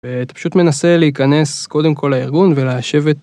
ואתה פשוט מנסה להיכנס קודם כל לארגון וליישב את.